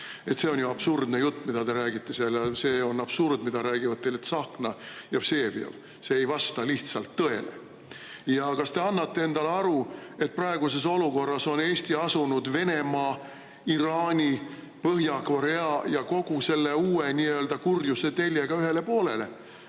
See on ju absurdne jutt, mida te räägite. See on absurd, mida räägivad teile Tsahkna ja Vseviov. See ei vasta lihtsalt tõele. Kas te annate endale aru, et praeguses olukorras on Eesti asunud Venemaa, Iraani, Põhja-Korea ja kogu selle uue nii-öelda kurjuse teljega ühele poolele?